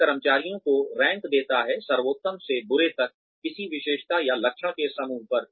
यह कर्मचारियों को रैंक देता है सर्वोत्तम से बुरे तक किसी विशेषता या लक्षणों के समूह पर